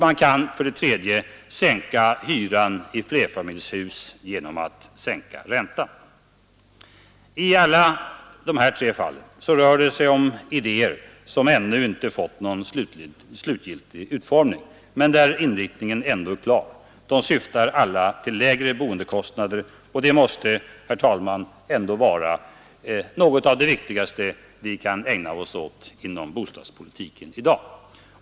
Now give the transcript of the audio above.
Man kan sänka hyran i flerfamiljshus genom att sänka räntan. I alla tre fallen rör det sig om idéer som ännu inte fått någon slutgiltig utformning men där inriktningen ändå är klar. De syftar alla till lägre boendekostnader, och det måste ändå vara en viktig målsättning för dagens bostadspolitik.